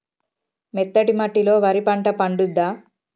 మెత్తటి మట్టిలో వరి పంట పండుద్దా?